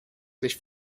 sich